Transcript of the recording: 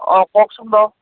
অঁ কওকচোন বাৰু